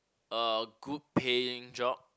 a good paying job